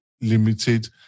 limited